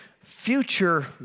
future